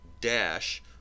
dash